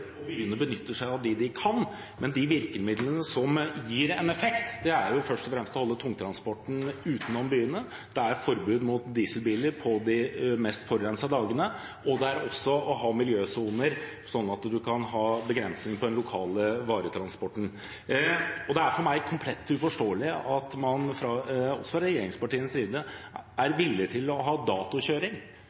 seg av dem de kan. Men de virkemidlene som gir en effekt, er først og fremst å holde tungtransporten utenom byene, forbud mot dieselbiler på de mest forurensede dagene og å ha miljøsoner, sånn at man kan ha begrensninger på den lokale varetransporten. Det er for meg komplett uforståelig at man, også fra regjeringspartienes side, er villig til å ha datokjøring,